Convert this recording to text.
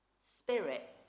Spirit